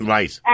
Right